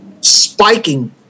spiking